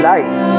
Life